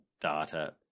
data